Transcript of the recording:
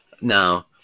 Now